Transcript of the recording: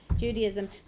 Judaism